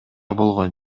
болгон